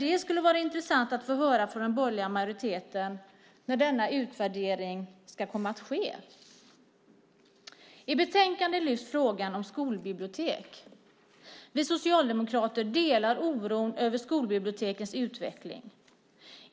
Det skulle vara intressant att få höra från den borgerliga majoriteten när denna utvärdering ska ske. I betänkandet lyfts frågan om skolbibliotek fram. Vi socialdemokrater delar oron över skolbibliotekens utveckling.